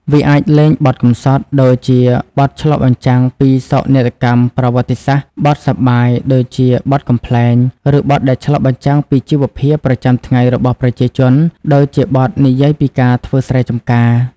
វាអាចលេងបទកំសត់ ដូចជាបទឆ្លុះបញ្ចាំងពីសោកនាដកម្មប្រវត្តិសាស្ត្រ បទសប្បាយ ដូចជាបទកំប្លែង ឬបទដែលឆ្លុះបញ្ចាំងពីជីវភាពប្រចាំថ្ងៃរបស់ប្រជាជន ដូចជាបទនិយាយពីការធ្វើស្រែចំការ។